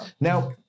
Now